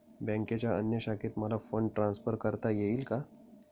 बँकेच्या अन्य शाखेत मला फंड ट्रान्सफर करता येईल का?